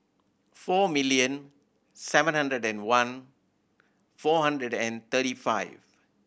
four million seven hundred and one four hundred and thirty five